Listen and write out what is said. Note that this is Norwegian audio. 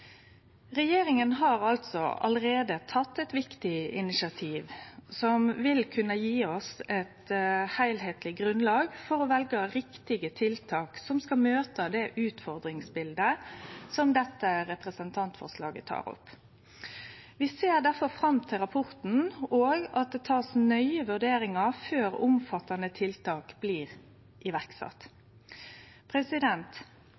Regjeringa har altså allereie teke eit viktig initiativ som vil kunne gje oss eit heilskapleg grunnlag for å velje riktige tiltak som skal møte det utfordringsbildet som dette representantforslaget tek opp. Vi ser difor fram til rapporten og at det blir gjort nøye vurderingar før omfattande tiltak blir